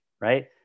right